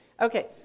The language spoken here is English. Okay